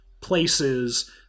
places